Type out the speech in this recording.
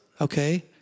Okay